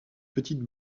petite